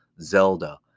Zelda